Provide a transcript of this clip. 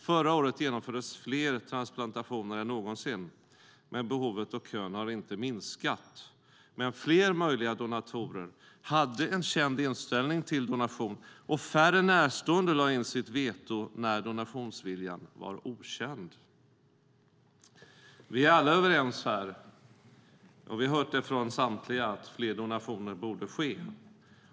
Förra året genomfördes fler transplantationer än någonsin, men behovet och kön har inte minskat. Fler möjliga donatorer hade ändå en känd inställning till donation och färre närstående lade in sitt veto än när donationsviljan var okänd. Vi är alla här överens om, vi har hört det från samtliga, att fler donationer borde ske.